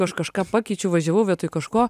aš kažką pakeičiau važiavau vietoj kažko